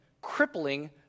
crippling